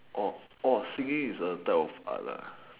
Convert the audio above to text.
singing is a type of art